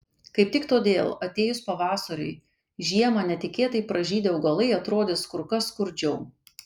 kaip tik todėl atėjus pavasariui žiemą netikėtai pražydę augalai atrodys kur kas skurdžiau